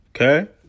Okay